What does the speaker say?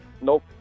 Nope